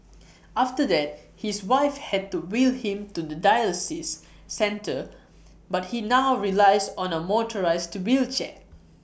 after that his wife had to wheel him to the dialysis centre but he now relies on A motorised wheelchair